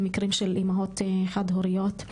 כמו במקרים של אימהות חד הוריות,